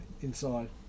inside